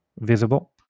visible